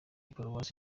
paruwasi